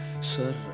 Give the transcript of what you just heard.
Sir